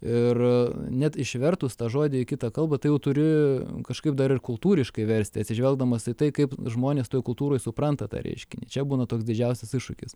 ir net išvertus tą žodį į kitą kalbą tai jau turi kažkaip dar ir kultūriškai versti atsižvelgdamas į tai kaip žmonės toj kultūroj supranta tą reiškinį čia būna toks didžiausias iššūkis